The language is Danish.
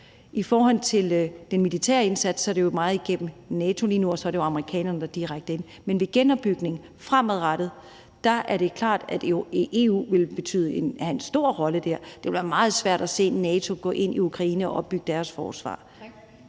I forhold til den militære indsats er det jo meget igennem NATO lige nu, og så er det amerikanerne, der er direkte inde. Men ved genopbygning, fremadrettet, er det klart, at EU vil have en stor rolle der. Det vil være meget svært at se NATO gå ind i Ukraine og opbygge landets forsvar.